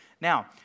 Now